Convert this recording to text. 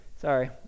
Sorry